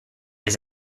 his